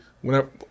Whenever